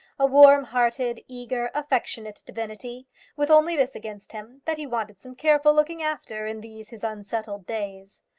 a warm-hearted, eager, affectionate divinity with only this against him, that he wanted some careful looking after in these, his unsettled days.